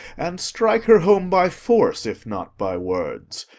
and strike her home by force if not by words.